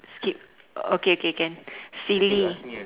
skip okay okay can silly